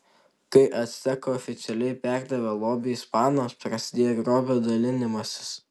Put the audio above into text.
kai actekai oficialiai perdavė lobį ispanams prasidėjo grobio dalinimasis